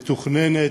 מתוכננת,